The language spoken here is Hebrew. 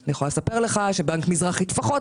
אני יכולה לספר לך שבנק מזרחי טפחות,